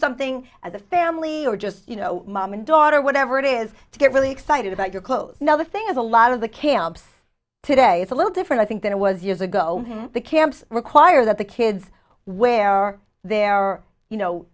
something as a family or just you know mom and daughter whatever it is to get really excited about your clothes now the thing is a lot of the camps today it's a little different i think than it was years ago the camps require that the kids where there are you know